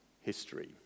history